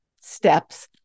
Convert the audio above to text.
steps